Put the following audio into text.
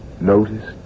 noticed